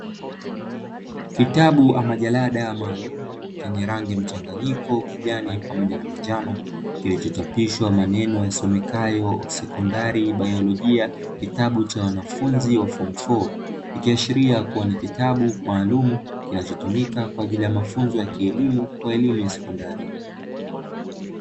Kitabu ama jalada maalumu lenye rangi mchanganyiko ya kijani pamoja na manjano, kilichochapishwa maneno yasomekayo ''sekondari biolojia kitabu cha wanafunzi wa fomu four.'' Ikiashiria kuwa ni kitabu maalumu kwa ajili ya mafunzo ya kielimu kwa wanafunzi wa sekondari.